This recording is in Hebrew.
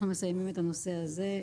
את הנושא הזה,